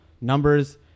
numbers